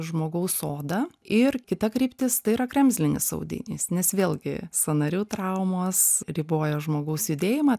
žmogaus odą ir kita kryptis tai yra kremzlinis audinys nes vėlgi sąnarių traumos riboja žmogaus judėjimą